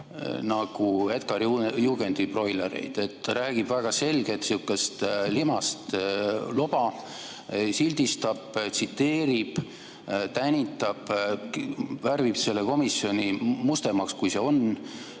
nagu Edgarjugendi broilereid. Ta räägib väga selgelt sihukest limast loba, sildistab, tsiteerib, tänitab, värvib komisjoni mustemaks, kui see on,